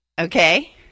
Okay